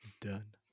Done